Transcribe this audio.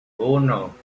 uno